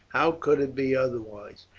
how could it be otherwise,